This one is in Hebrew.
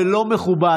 זה לא מכובד.